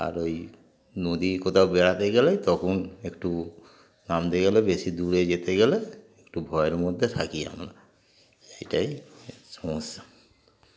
আর ওই নদী কোথাও বেড়াতে গেলে তখন একটু নামতে গেলে বেশি দূরে যেতে গেলে একটু ভয়ের মধ্যে থাকি আমরা এইটাই সমস্যা